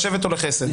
לשבט או לחסד,